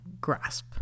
grasp